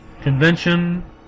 convention